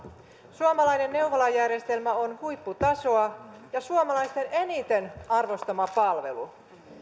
suomalainen neuvolajärjestelmä on huipputasoa ja suomalaisten eniten arvostama palvelu